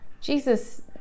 jesus